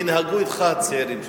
ינהגו אתך הצעירים שלך.